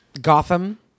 Gotham